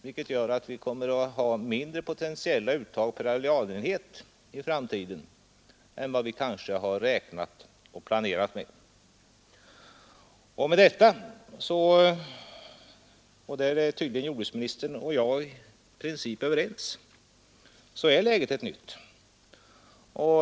Detta gör att vi kommer att få mindre potentiella uttag per arealenhet i framtiden än vad vi kanske har räknat med och planerat för. Med tanke på detta har vi — därom är tydligen jordbruksministern och jag överens — också fått ett nytt läge.